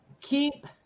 keep